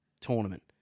tournament